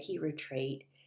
retreat